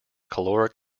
caloric